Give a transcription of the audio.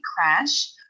crash